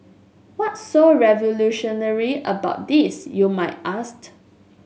what's so revolutionary about this you might ask